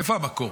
מאיפה המקור?